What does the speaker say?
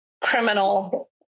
criminal